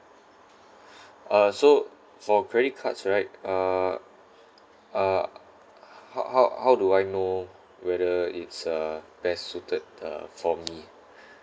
uh so for credit cards right uh uh ha~ how how do I know whether it's uh best suited uh for me